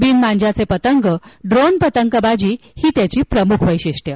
बिन मांज्याचे पतंग ड्रोन पतंगबाजी ही त्याची प्रमुख वश्विष्ट्यं